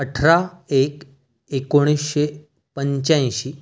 अठरा एक एकोणीसशे पंच्याऐंशी